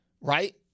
right